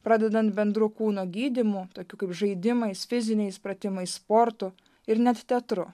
pradedant bendru kūno gydymu tokiu kaip žaidimais fiziniais pratimais sportu ir net teatru